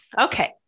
Okay